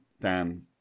Dan